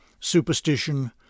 Superstition